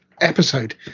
episode